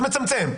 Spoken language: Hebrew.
זה מצמצם,